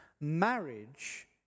marriage